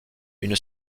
une